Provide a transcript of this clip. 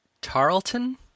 Tarleton